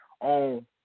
on –